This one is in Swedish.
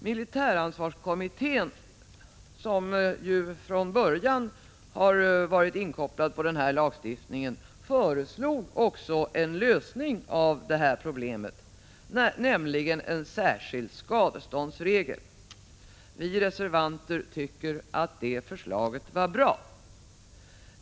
Militäransvarskommittén, som ju från början har varit inkopplad på denna lagstiftning, föreslog också en lösning av problemet, nämligen en särskild skadeståndsregel. Vi reservanter tycker att det förslaget var bra.